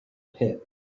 pit